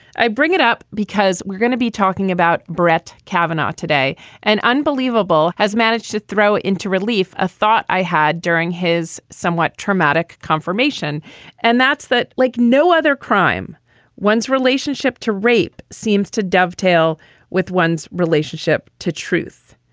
i bring it up because we're gonna be talking about brett kavanaugh today an unbelievable has managed to throw it into relief. a thought i had during his somewhat traumatic confirmation and that's that like no other crime one's relationship to rape seems to dovetail with one's relationship to truth.